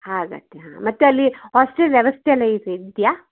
ಆಗತ್ತಾ ಹಾಂ ಮತ್ತು ಅಲ್ಲಿ ಹಾಸ್ಟೆಲ್ ವ್ಯವಸ್ಥೆ ಎಲ್ಲ ಇದು ಇದೆಯಾ